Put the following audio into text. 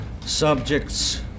subjects